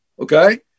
Okay